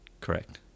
Correct